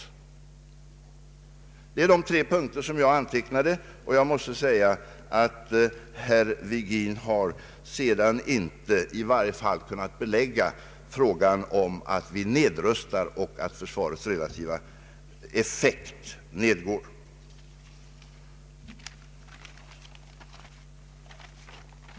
Det är de tre punkter som jag anteck nade, och jag måste säga att herr Virgin inte kunnat belägga i varje fall påståendet att vi nedrustar och att försvarets relativa effekt nedgår.